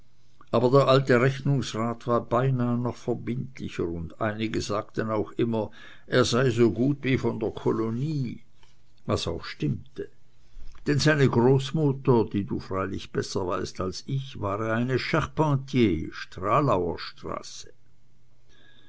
aber der alte rechnungsrat war beinah noch verbindlicher und einige sagten auch immer er sei so gut wie von der kolonie was auch stimmte denn seine großmutter wie du freilich besser weißt als ich war ja eine charpentier stralauer